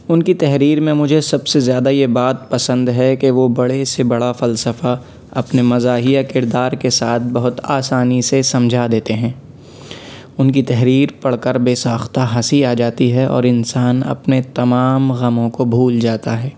اُن کی تحریر میں مجھے سب سے زیادہ یہ بات پسند ہے کہ وہ بڑے سے بڑا فلسفہ اپنے مزاحیہ کردار کے ساتھ بہت آسانی سے سمجھا دیتے ہیں ان کی تحریر پڑھ کر بے ساختہ ہنسی آ جاتی ہے اور انسان اپنے تمام غموں کو بھول جاتا ہے